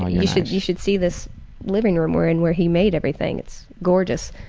ah you should you should see this living room we're in where he made everything, it's gorgeous.